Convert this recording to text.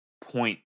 point